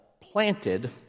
planted